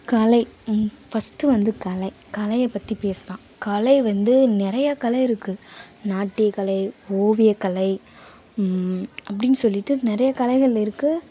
கலை ம் ஃபஸ்ட்டு வந்து கலை கலையை பற்றி பேசலாம் கலை வந்து நிறைய கலை இருக்குது நாட்டியக்கலை ஓவியக்கலை அப்படின் சொல்லிவிட்டு நிறைய கலைகள் இருக்குது